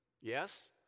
Yes